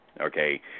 okay